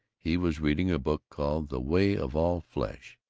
he was reading a book called the way of all flesh.